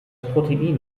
protein